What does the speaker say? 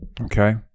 Okay